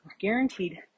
guaranteed